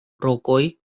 rokoj